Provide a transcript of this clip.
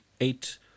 eight